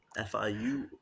FIU